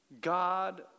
God